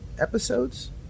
episodes